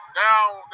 down